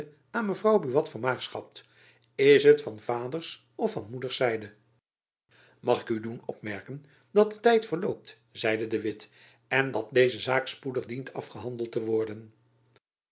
aan mevrouw buat vermaagschapt is het van vaders of van moederszijde mag ik u doen opmerken dat de tijd verloopt zeide de witt en dat deze zaak spoedig dient afgehandeld te worden